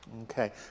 Okay